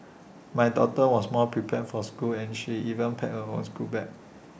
my daughter was more prepared for school and she even packed her own schoolbag